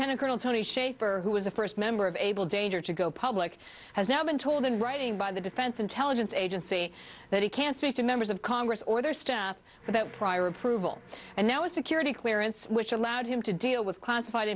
ten a colonel tony shaffer who was the first member of able danger to go public has now been told in writing by the defense intelligence agency that he can't speak to members of congress or their staff without prior approval and now a security clearance which allowed him to deal with classified